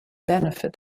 benefit